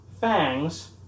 fangs